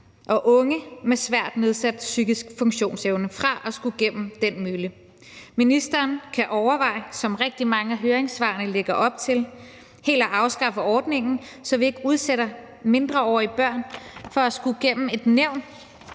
og unge med svært nedsat psykisk funktionsevne fra at skulle igennem den mølle. Ministeren kan overveje, som rigtig mange af høringssvarene lægger op til, helt at afskaffe ordningen, så vi ikke udsætter mindreårige børn for at skulle igennem et